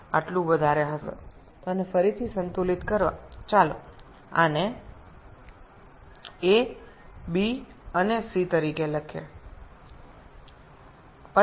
সুতরাং এটি আবার সমতা আনার জন্য আসুন এটি a এটি b এবং এটি c হিসাবে লিখি